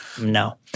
no